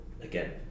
again